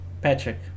patrick